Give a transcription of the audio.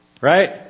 Right